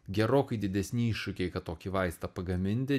gerokai didesni iššūkiai kad tokį vaistą pagaminti